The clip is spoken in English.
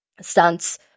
Stance